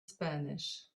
spanish